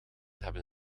hebben